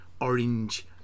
orange